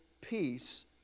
peace